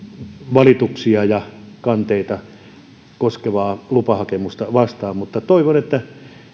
valituksia ja kanteita lupahakemusta vastaan toivon että